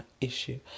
issue